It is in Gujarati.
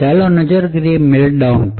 ચાલો નજર કરીએ મેલ્ટડાઉન પર